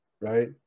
right